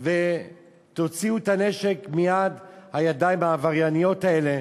ותוציאו את הנשק מהידיים העברייניות האלה,